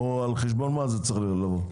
או על חשבון מה זה צריך לבוא?